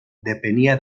depenia